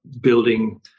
building